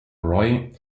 roy